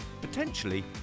potentially